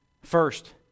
First